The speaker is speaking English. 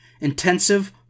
intensive